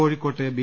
കോഴിക്കോട്ട് ബി